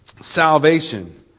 salvation